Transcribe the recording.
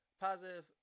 positive